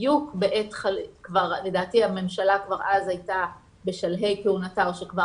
בדיוק לדעתי הממשלה כבר אז הייתה בשלהי כהונתה או שכבר